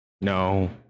No